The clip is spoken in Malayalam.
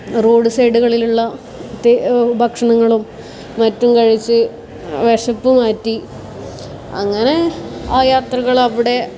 റോഡ് സൈഡുകളിലുള്ള മറ്റ് ഭക്ഷണങ്ങളും മറ്റും കഴിച്ച് വിശപ്പ് മാറ്റി അങ്ങനെ ആ യാത്രകൾ അവിടെ